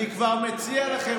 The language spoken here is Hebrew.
אני מציע לך,